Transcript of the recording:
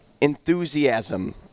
enthusiasm